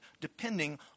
depending